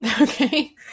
Okay